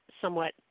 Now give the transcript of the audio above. somewhat